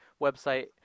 website